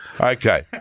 Okay